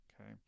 Okay